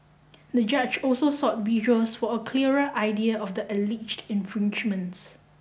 the judge also sought visuals for a clearer idea of the alleged infringements